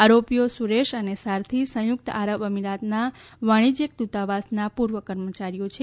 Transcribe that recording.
આરોપીઓ સુરેશ અને સારથિ સંયુક્ત આરબ અમિરાતના વાણિજ્યક દૂતાવાસના પૂર્વ કર્મચારીઓ છે